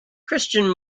christian